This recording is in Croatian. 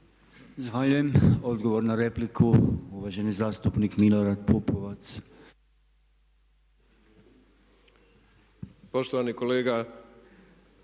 Zahvaljujem. Odgovor na repliku uvaženi zastupnik Milorad Pupovac. **Pupovac, Milorad